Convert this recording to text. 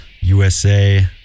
USA